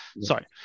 sorry